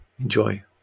Enjoy